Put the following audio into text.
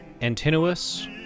Antinous